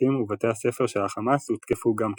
הבתים ובתי הספר של החמאס הותקפו גם כן.